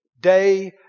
Day